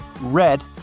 red